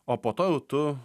o po to jau tu